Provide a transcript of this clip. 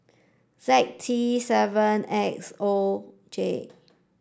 Z T seven X O J